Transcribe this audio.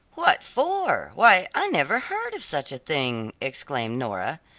what for? why i never heard of such a thing! exclaimed nora.